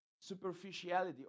superficiality